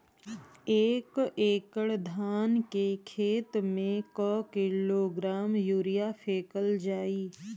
एक एकड़ धान के खेत में क किलोग्राम यूरिया फैकल जाई?